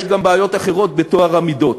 יש גם בעיות אחרות בטוהר המידות.